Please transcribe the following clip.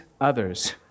others